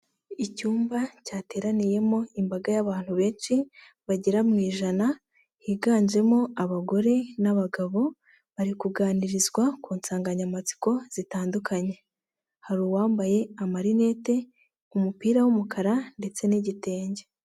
Icyumba cyateraniyemo imbaga y'abantu benshi bagera mu ijana higanjemo abagore n'abagabo bari kuganirizwa ku nsanganyamatsiko zitandukanye, hari uwambaye amarinete, umupira w'umukara, ndetse n'igitenge.